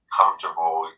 comfortable